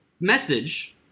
message